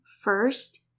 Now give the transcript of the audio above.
first